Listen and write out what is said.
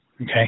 Okay